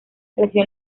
creció